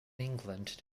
england